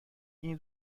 این